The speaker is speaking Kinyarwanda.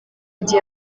gihe